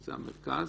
שזה המרכז,